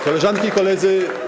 Koleżanki i Koledzy!